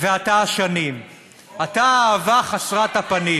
אתה השנים / אתה האהבה חסרת הפנים".